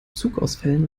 zugausfällen